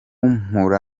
mpura